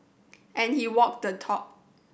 and he walked the talk